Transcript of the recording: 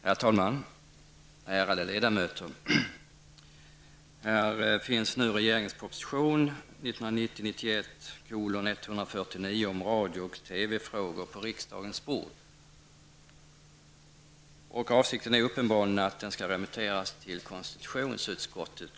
Herr talman! Ärade ledamöter! Nu ligger regeringens proposition 1990/91:149 om radio och TV-frågor på riksdagens bord. Avsikten är uppenbarligen att den skall remitteras till konstitutionsutskottet.